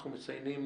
אנחנו מציינים,